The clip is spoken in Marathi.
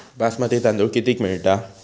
बासमती तांदूळ कितीक मिळता?